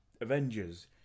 Avengers